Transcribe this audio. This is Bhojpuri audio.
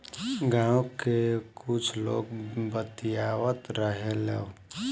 गाँव के कुछ लोग बतियावत रहेलो